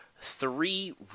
three